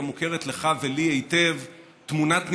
המוכר לך ולי היטב: תמונת ניצחון.